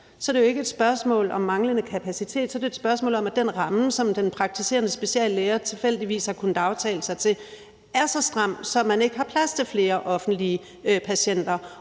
så er det jo ikke et spørgsmål om manglende kapacitet. Så er det et spørgsmål om, at den ramme, som den praktiserende speciallæge tilfældigvis har kunnet aftale sig til, er så stram, at man ikke har plads til flere offentlige patienter,